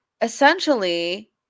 Essentially